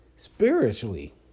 Spiritually